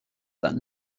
that